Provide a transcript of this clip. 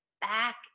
back